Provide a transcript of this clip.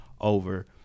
over